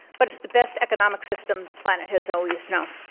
but it's the best economic system the planet has always known.